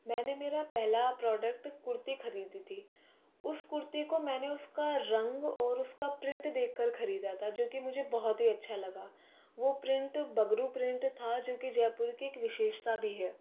मैंने मेरा पहला प्रोडक्ट कुर्ती ख़रीदी थी उस कुर्ती को मैंने उसका रंग ओर उसका प्रिन्ट देख कर खरीदा था जो की मुझे बहुत ही अच्छा लगा वो प्रिन्ट बगरु प्रिन्ट था जो की जयपुर की एक विशेषता भी है